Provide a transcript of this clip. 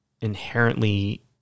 inherently